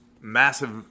massive